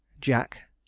Jack